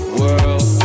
world